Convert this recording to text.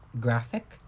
graphic